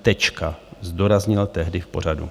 Tečka, zdůraznil tehdy v pořadu.